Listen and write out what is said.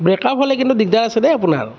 breakup হ'লে কিন্তু দিগদাৰ আছে দেই আপোনাৰ